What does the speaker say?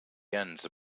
ens